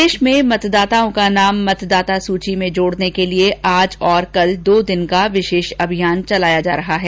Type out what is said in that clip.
प्रदेश में मतदाताओं का नाम मतदाता सूची में जोडने के लिये आज और कल दो दिन का विशेष अभियान चलाया जा रहा है